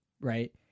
right